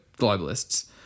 globalists